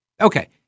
Okay